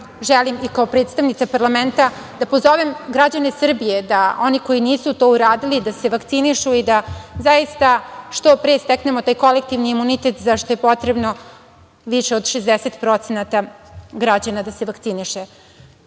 želim i kao predstavnica parlamenta da pozovem građane Srbije, one koji nisu to uradili da se vakcinišu i da zaista što pre steknemo taj kolektivni imunitet za šta je potrebno više od 60% građana da se vakciniše. Imamo